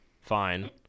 fine